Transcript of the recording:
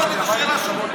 לא הבנתי את השאלה שלך.